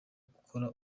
ukora